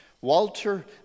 Walter